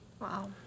Wow